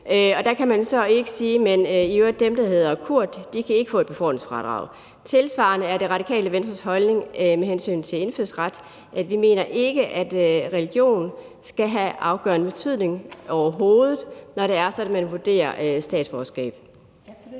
og der kan man så ikke sige, at dem, der hedder Kurt, i øvrigt ikke kan få et befordringsfradrag. Tilsvarende er det Radikale Venstres holdning med hensyn til indfødsret, at vi overhovedet ikke mener, at religion skal have en afgørende betydning, når det er sådan, at man vurderer et statsborgerskab.